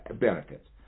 benefits